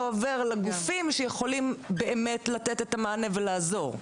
עובר לגופים שיכולים באמת לתת את המענה ולעזור.